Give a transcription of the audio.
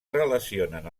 relacionen